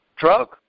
drug